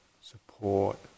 support